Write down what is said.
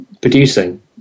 producing